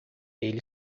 ele